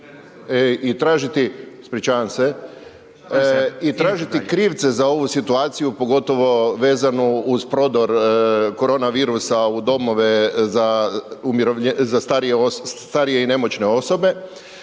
i tražiti krivce za ovu situaciju, pogotovo vezanu uz prodor korona virusa u domove za starije i nemoćne osobe.